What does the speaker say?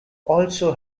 also